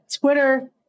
Twitter